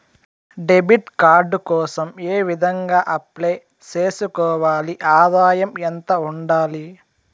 Debit card కోసం ఏ విధంగా అప్లై సేసుకోవాలి? ఆదాయం ఎంత ఉండాలి?